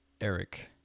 Eric